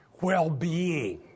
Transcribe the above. well-being